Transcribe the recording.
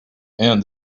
and